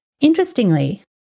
Interestingly